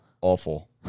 awful